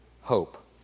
hope